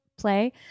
play